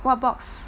what box